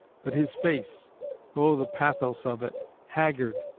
but his face oh, the pathos of it haggard,